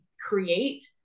create